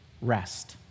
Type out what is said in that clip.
rest